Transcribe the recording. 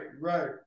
right